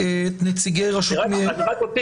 --- תודה.